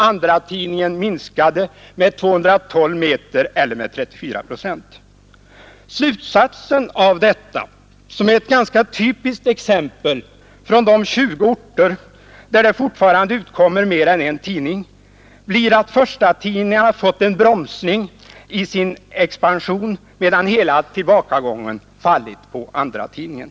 Andratidningen minskade med 212 meter eller med 34 procent. Slutsatsen av detta, som är ett ganska typiskt exempel från de 20 orter där det fortfarande utkommer mer än en tidning, blir att förstatidningarna fått en bromsning i sin expansion, medan hela tillbakagången 43 Nr 85 fallit på andratidningen.